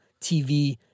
TV